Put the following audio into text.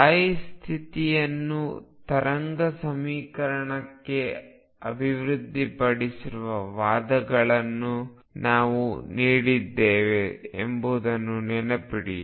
ಸ್ಥಾಯಿ ಸ್ಥಿತಿಯನ್ನು ತರಂಗ ಸಮೀಕರಣಕ್ಕೆ ಅಭಿವೃದ್ಧಿಪಡಿಸುವ ವಾದಗಳನ್ನು ನಾವು ನೀಡಿದ್ದೇವೆ ಎಂಬುದನ್ನು ನೆನಪಿಡಿ